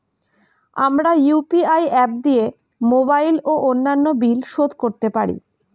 আমরা UPI app দিয়ে mobile ও অন্যান্য বিল শোধ করতে পারি